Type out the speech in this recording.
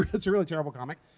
it's a really terrible comic.